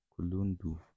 Kulundu